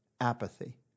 apathy